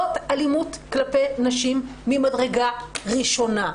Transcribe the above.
זו אלימות כלפי נשים ממדרגה ראשונה.